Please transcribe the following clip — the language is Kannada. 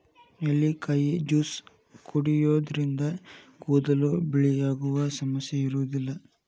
ನೆಲ್ಲಿಕಾಯಿ ಜ್ಯೂಸ್ ಕುಡಿಯೋದ್ರಿಂದ ಕೂದಲು ಬಿಳಿಯಾಗುವ ಸಮಸ್ಯೆ ಇರೋದಿಲ್ಲ